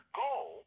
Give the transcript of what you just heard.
goal